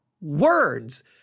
words